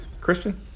Christian